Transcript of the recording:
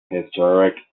historic